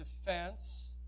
defense